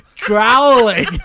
Growling